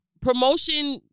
Promotion